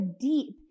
deep